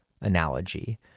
analogy